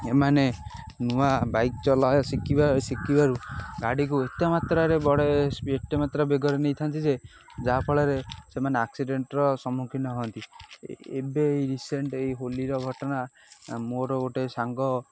ଏମାନେ ନୂଆ ବାଇକ୍ ଚଲେଇବା ଶିଖିବା ଶିଖିବାରୁ ଗାଡ଼ିକୁ ଏତେ ମାତ୍ରାରେ ବଡ଼ ଏତେ ମାତ୍ରା ବେଗରେ ନେଇଥାନ୍ତି ଯେ ଯାହାଫଳରେ ସେମାନେ ଆକ୍ସିଡେଣ୍ଟର ସମ୍ମୁଖୀନ ହୁଅନ୍ତି ଏବେ ରିସେଣ୍ଟ ଏଇ ହୋଲିର ଘଟଣା ମୋର ଗୋଟେ ସାଙ୍ଗ